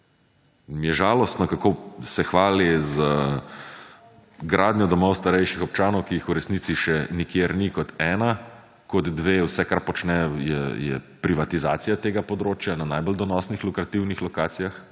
mi je žalostno, kako se hvali z gradnjo domov starejših občanov, ki jih v resnici še nikjer ni, kot ena, kot dve, vse, kar počne, je privatizacija tega področja, na najbolj donosnih lokativnih lokacijah,